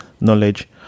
knowledge